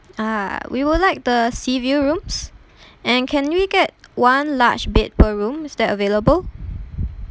ah we would like the seaview rooms and can we get one large bed per room is that available